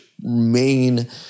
main